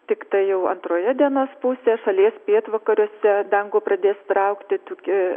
tiktai jau antroje dienos pusėje šalies pietvakariuose dangų pradės traukti tokia